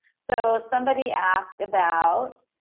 so somebody asked about,